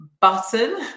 button